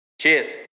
Cheers